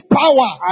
power